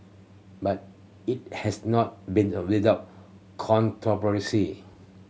but it has not been without controversy